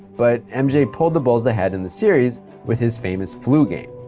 but mj pulled the bulls ahead in the series with his famous flu game,